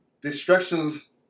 Destructions